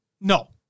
No